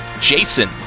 Jason